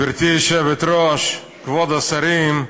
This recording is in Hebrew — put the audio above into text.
גברתי היושבת-ראש, כבוד השרים,